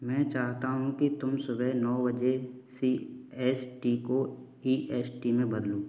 मैं चाहता हूँ कि तुम सुबह नौ बजे सी एस टी को ई एस टी में बदलो